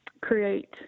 create